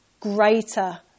greater